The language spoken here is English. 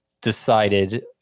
decided